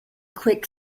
quick